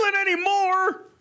anymore